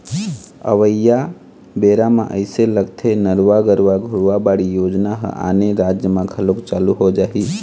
अवइया बेरा म अइसे लगथे नरूवा, गरूवा, घुरूवा, बाड़ी योजना ह आने राज म घलोक चालू हो जाही